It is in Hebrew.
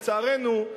לצערנו,